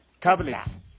tablets